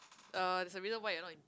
uh there's a reason why you not in